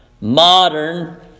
Modern